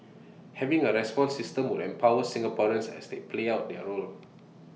having A response system would empower Singaporeans as they play out their role